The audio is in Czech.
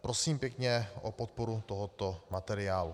Prosím pěkně o podporu tohoto materiálu.